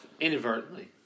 inadvertently